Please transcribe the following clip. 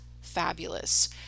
fabulous